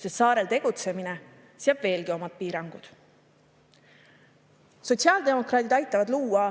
sest saarel tegutsemine seab veel omad piirangud. Sotsiaaldemokraadid aitavad luua